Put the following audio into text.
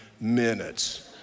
minutes